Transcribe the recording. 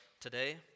today